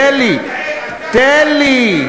תן לי, תן לי.